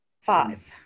Five